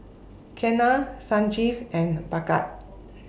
Ketna Sanjeev and Bhagat